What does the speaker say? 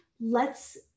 lets